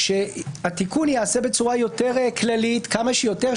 שהתיקון ייעשה בצורה כמה שיותר כללית,